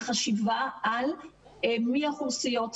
בחשיבה על מי האוכלוסיות,